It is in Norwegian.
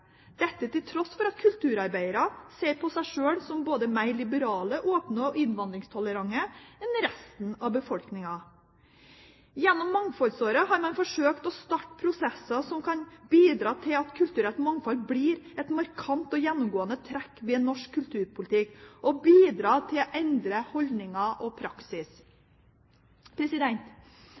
dette til tross for at kulturarbeiderne ser på seg sjøl som både mer liberale, åpne og innvandringstolerante enn resten av befolkningen. Gjennom Mangfoldsåret har man forsøkt å starte prosesser som kan bidra til at kulturelt mangfold blir et markant og gjennomgående trekk ved norsk kulturpolitikk og bidra til å endre holdninger og praksis.